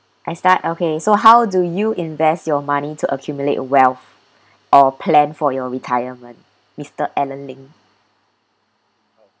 I start okay so how do you invest your money to accumulate wealth or plan for your retirement mister alan ling